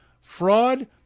fraud